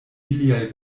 iliaj